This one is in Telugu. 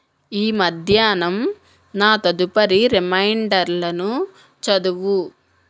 ఈ మధ్యాహ్నం నా తదుపరి రిమైండర్లను చదువు